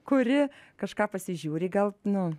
kuri kažką pasižiūri gal nu